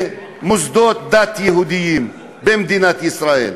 במוסדות דת יהודיים במדינת ישראל.